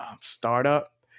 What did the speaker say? startup